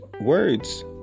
words